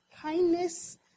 kindness